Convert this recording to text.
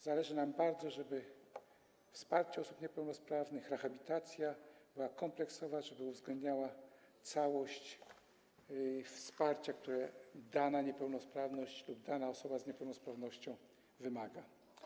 Zależy nam bardzo, żeby rehabilitacja osób niepełnosprawnych była kompleksowa, żeby uwzględniała całość wsparcia, której dana niepełnosprawność lub dana osoba z niepełnosprawnością wymaga.